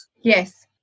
Yes